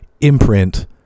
imprint